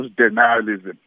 denialism